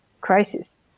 crisis